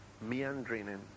meandering